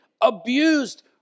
abused